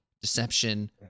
Deception